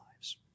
lives